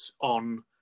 on